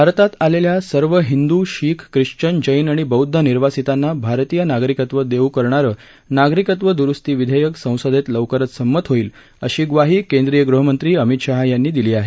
भारतात आलेल्या सर्व हिंदू शीख ख्रिश्वन जैन आणि बौद्ध निर्वासितांना भारतीय नागरिकत्व देऊ करणारं नागरिकत्व दुरुस्ती विधेयक संसदेत लवकरच संमत होईल अशी ग्वाही केंद्रीय गृहमंत्री अमित शहा यांनी दिली आहे